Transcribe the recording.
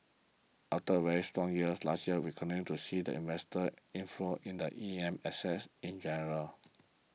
after a very strong years last year we continue to see the investor inflow in the E M assets in general